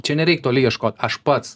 čia nereik toli ieškot aš pats